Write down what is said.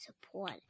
support